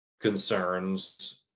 concerns –